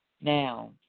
now